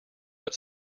but